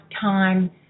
time